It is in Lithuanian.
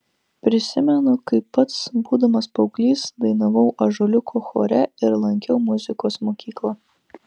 prisimenu kaip pats būdamas paauglys dainavau ąžuoliuko chore ir lankiau muzikos mokyklą